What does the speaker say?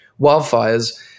wildfires